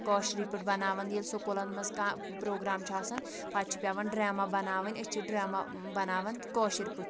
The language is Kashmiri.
کٲشرُے پٲٹھۍ بَناوان ییٚلہِ سکوٗلَن منٛز کانٛہہ پرٛوگرام چھُ آسان پَتہٕ چھُ پٮ۪وان ڈرٛاما بَناوٕنۍ أسی چھِ ڈرٛاما بَناوان کٲشِرۍ پٲٹھۍ